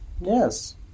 Yes